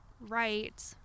right